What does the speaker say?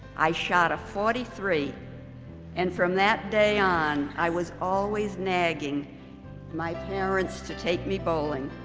i shot a forty three and from that day on i was always nagging my parents to take me bowling.